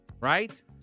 right